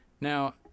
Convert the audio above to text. Now